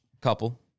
couple